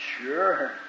Sure